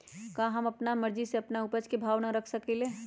का हम अपना मर्जी से अपना उपज के भाव न रख सकींले?